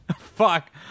Fuck